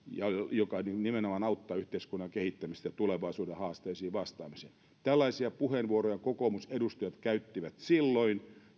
se nimenomaan auttaa yhteiskunnan kehittämistä tulevaisuuden haasteisiin vastaamiseen tällaisia puheenvuoroja kokoomusedustajat käyttivät silloin